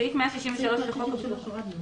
סעיף 163 הורדנו.